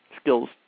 Skills